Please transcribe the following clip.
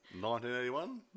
1981